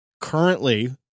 Currently